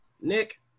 Nick